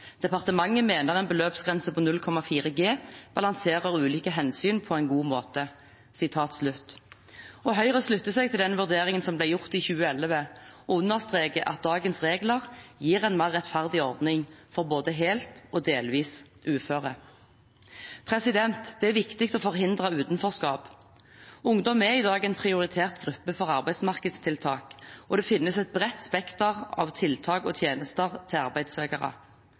Departementet mener en beløpsgrense på 0,4 G balanserer ulike hensyn på en god måte.» Høyre slutter seg til den vurderingen som ble gjort i 2011, og understreker at dagens regler gir en mer rettferdig ordning for både helt og delvis uføre. Det er viktig å forhindre utenforskap. Ungdom er i dag en prioritert gruppe for arbeidsmarkedstiltak, og det finnes et bredt spekter av tiltak og tjenester for arbeidssøkere.